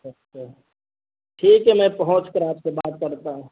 اچھا ٹھیک ہے میں پہنچ کر آپ سے بات کرتا ہوں